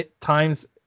times